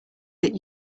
that